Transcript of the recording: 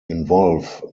involve